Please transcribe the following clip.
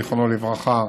זיכרונו לברכה.